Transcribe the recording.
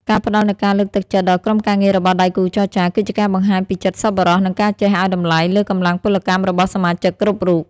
ការផ្តល់នូវការលើកទឹកចិត្តដល់ក្រុមការងាររបស់ដៃគូចរចា គឺជាការបង្ហាញពីចិត្តសប្បុរស និងការចេះឱ្យតម្លៃលើកម្លាំងពលកម្មរបស់សមាជិកគ្រប់រូប។